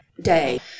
day